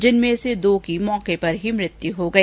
जिनमें से दो की मौके पर ही मृत्यु हो गई